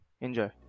Enjoy